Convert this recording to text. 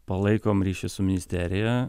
palaikom ryšį su ministerija